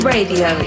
Radio